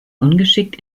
ungeschickt